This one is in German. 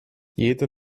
jeder